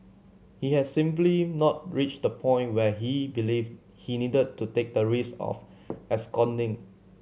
he had simply not reached the point where he believed he needed to take the risk of absconding